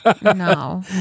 no